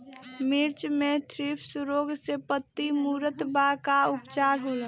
मिर्च मे थ्रिप्स रोग से पत्ती मूरत बा का उपचार होला?